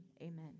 Amen